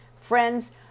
Friends